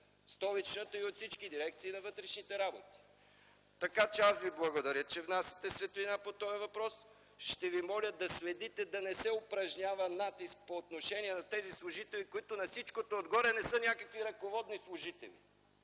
Столичната и от всички дирекции на вътрешните работи. Благодаря Ви, че внасяте светлина по този въпрос. Ще Ви моля да следите да не се упражнява натиск по отношение на тези служители, които на всичкото отгоре не са някакви ръководни служители.